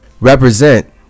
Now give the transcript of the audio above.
represent